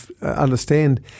understand